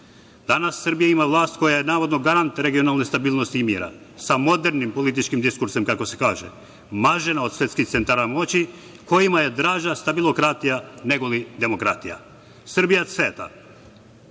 Srbija ima vlast koja je navodno garant regionalne stabilnosti i mira sa modernim političkim diskursom, kako se kaže. Mažena od svetskih centara moći, kojima je draža stabilokratija, nego li demokratija. Srbija cveta. Sa